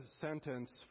sentence